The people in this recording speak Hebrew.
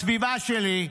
בסביבה שלי,